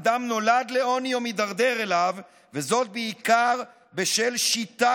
אדם נולד לעוני או מידרדר אליו וזאת בעיקר בשל שיטה